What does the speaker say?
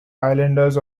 islanders